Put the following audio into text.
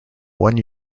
one